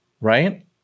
right